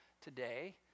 today